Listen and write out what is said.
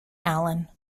allen